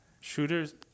Shooters